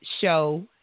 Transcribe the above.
show